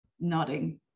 nodding